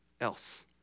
else